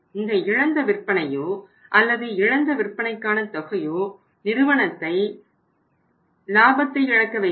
இந்த இழந்த விற்பனையோ அல்லது இழந்த விற்பனைக்கான தொகையோ நிறுவனத்தை லாபத்தை இழக்க வைக்கிறது